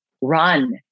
run